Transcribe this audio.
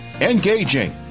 engaging